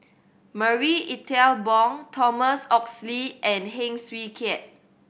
Marie Ethel Bong Thomas Oxley and Heng Swee Keat